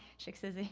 shiksa is, ah